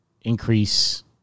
increase